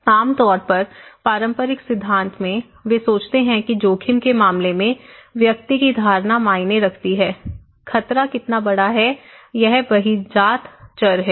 आमतौर पर पारंपरिक सिद्धांत में वे सोचते हैं कि जोखिम के मामले में व्यक्ति की धारणा मायने रखती है खतरा कितना बड़ा है यह बहिर्जात चर है